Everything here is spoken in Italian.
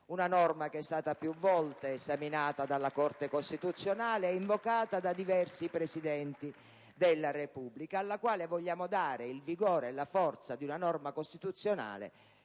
una norma che è stata più volte esaminata dalla Corte costituzionale e invocata da diversi Presidenti della Repubblica, alla quale vogliamo dare il vigore, la forza di una norma costituzionale,